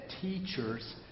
teachers